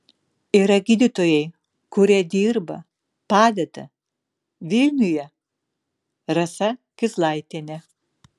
yra gydytojai kurie dirba padeda vilniuje rasa kizlaitienė